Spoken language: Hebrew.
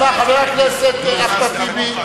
חבר הכנסת אחמד טיבי,